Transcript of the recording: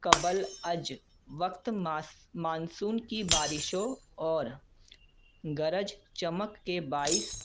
قبل از وقت ماسوم مانسون کی بارشوں اور گرج چمک کے باعث